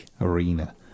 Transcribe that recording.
Arena